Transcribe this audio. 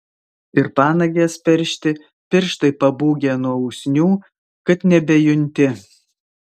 ir panagės peršti pirštai pabūgę nuo usnių kad nebejunti